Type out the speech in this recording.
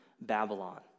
Babylon